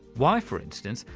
why, for instance,